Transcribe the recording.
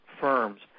firms